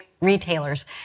retailers